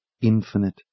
infinite